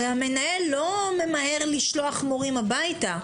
הרי המנהל לא ממהר לשלוח מורים הביתה.